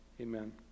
amen